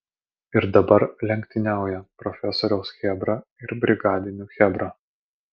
ir dabar lenktyniauja profesoriaus chebra ir brigadinių chebra